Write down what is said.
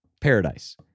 Paradise